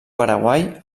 paraguai